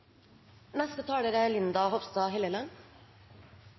neste taler er